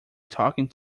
talking